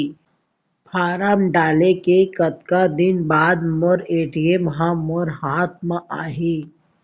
Form डाले के कतका दिन बाद मोर ए.टी.एम ह मोर हाथ म आही?